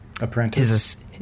apprentice